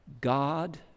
God